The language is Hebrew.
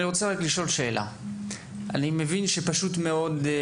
אני מבין שזה פשוט להמר,